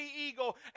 eagle